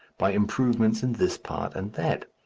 by improvements in this part and that.